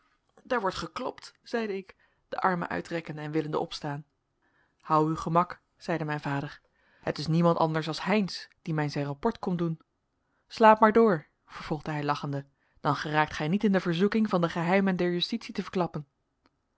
daar wordt geklopt zeide ik de armen uitrekkende en willende opstaan hou uw gemak zeide mijn vader het is niemand anders als heynsz die mij zijn rapport komt doen slaap maar door vervolgde hij lachende dan geraakt gij niet in de verzoeking van de geheimen der justitie te verklappen